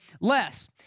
less